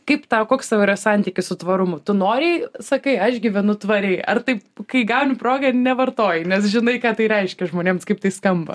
kaip tau koks tavo yra santykis su tvarumu tu noriai sakai aš gyvenu tvariai ar taip kai gauni progą nevartoji nes žinai ką tai reiškia žmonėms kaip tai skamba